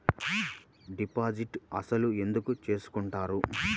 Deposit అసలు ఎందుకు చేసుకుంటారు?